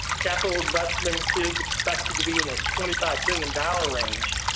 capital investment is expected to be in twenty five billion dollars range,